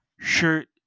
shirt